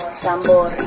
Tambor